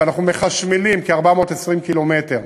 ואנחנו מחשמלים כ-420 קילומטר,